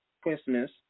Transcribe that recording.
christmas